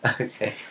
Okay